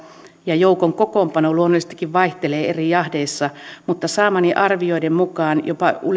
ja joukon kokoonpano luonnollisestikin vaihtelevat eri jahdeissa mutta saamieni arvioiden mukaan jopa